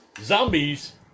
zombies